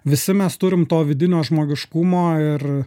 visi mes turim to vidinio žmogiškumo ir